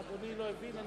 אדוני לא הבין?